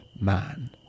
man